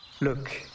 Look